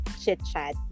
chit-chat